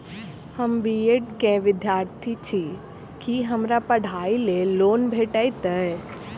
हम B Ed केँ विद्यार्थी छी, की हमरा पढ़ाई लेल लोन भेटतय?